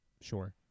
Sure